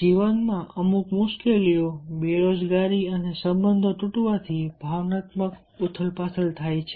જીવનમાં આર્થિક મુશ્કેલીઓ બેરોજગારી અને સંબંધો તૂટવાથી ભાવનાત્મક ઉથલપાથલ થાય છે